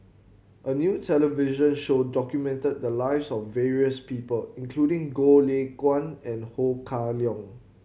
a new television show documented the lives of various people including Goh Lay Kuan and Ho Kah Leong